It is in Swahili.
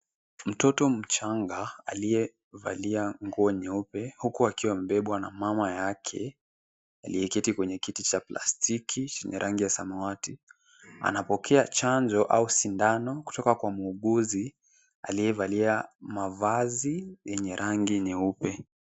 Mtoto mchanga aliyevalia nguo nyeupe huku akiwa amebebwa na mama yake, aliyeketi kwenye kiti cha plastiki chenye rangi ya samawati. Anapokea chanjo au sindano kutoka kwa muuguzi aliyevalia mavazi yenye rangi nyeupe.